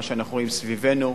מה שאנחנו רואים סביבנו.